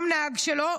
גם הוא נהג שלו,